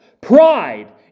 Pride